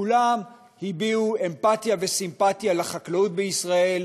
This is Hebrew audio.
כולם הביעו אמפתיה וסימפתיה לחקלאות בישראל,